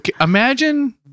Imagine